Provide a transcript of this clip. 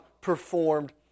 performed